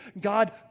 God